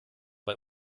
bei